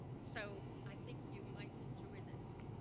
so, i think you might enjoy this.